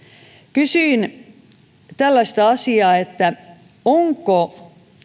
kysyin tällaista asiaa onko